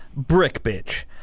BrickBitch